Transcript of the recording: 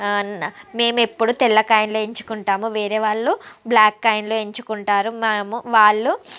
మేము ఎప్పుడు తెల్ల కాయిన్లు ఎంచుకుంటాము వేరేవాళ్లు బ్లాక్ కాయిన్లు ఎంచుకుంటారు మేము వాళ్ళు